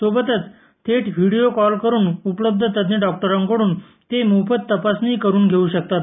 सोबतच थेट video call करून उपलब्ध तज्ज्ञ डॉक्टरांकड्रन ते मोफत तपासणी करून घेऊ शकतात